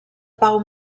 pau